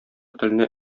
теленә